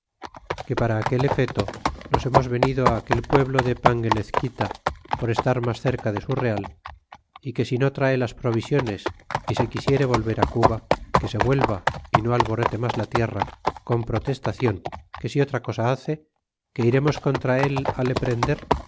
que para aquel efeto nos hemos venido á aquel pueblo de panguenezquita por estar mas cerca de su real é que si no trae las provisiones y se quisiere volver á cuba que se vuelva y no alborote mas la tierra con pro testacion que si otra cosa hace que iremos contra él le prender